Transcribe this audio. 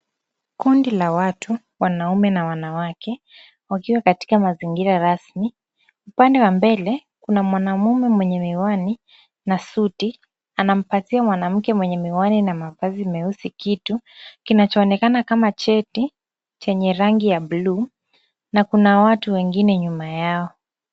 Kundi la watu, wanaume na wanawake, wakiwa katika mazingira rasmi. Upande wa mbele kuna mwanamume ambaye miwani na suti, anampatia mwanamke mwenye miwani na mavazi meusi kitu kinachoonekana kama cheti chenye rangi ya buluu na kuna watu wengine nyuma yao.